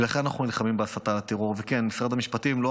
ולכן אנחנו נלחמים בהסתה לטרור.